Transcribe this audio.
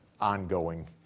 ongoing